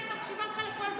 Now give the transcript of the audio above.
אני מקשיבה לך לכל מילה.